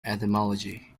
etymology